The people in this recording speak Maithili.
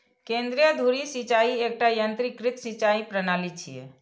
केंद्रीय धुरी सिंचाइ एकटा यंत्रीकृत सिंचाइ प्रणाली छियै